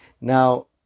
Now